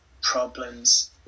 problems